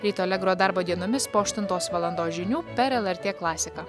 ryto allegro darbo dienomis po aštuntos valandos žinių per lrt klasiką